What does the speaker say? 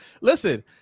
Listen